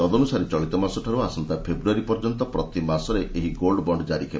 ତଦନୁସାରେ ଚଳିତମାସଠାରୁ ଆସନ୍ତା ଫେବୃୟାରୀ ପର୍ଯ୍ୟନ୍ତ ପ୍ରତିମାସରେ ଏହି ଗୋଲ୍ଡ ବଣ୍ଡ କାରି ହେବ